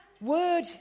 word